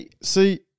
see